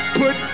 put